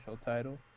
title